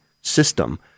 system